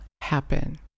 happen